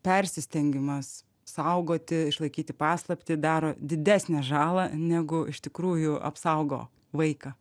persistengimas saugoti išlaikyti paslaptį daro didesnę žalą negu iš tikrųjų apsaugo vaiką